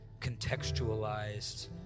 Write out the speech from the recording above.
contextualized